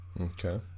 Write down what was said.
Okay